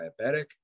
diabetic